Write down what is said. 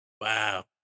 Wow